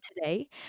today